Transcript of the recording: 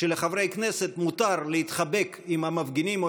כשלחברי הכנסת מותר להתחבק עם המפגינים או